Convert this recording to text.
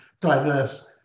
diverse